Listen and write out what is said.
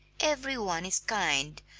every one is kind,